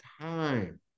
time